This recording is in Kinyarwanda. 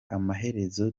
amaherezo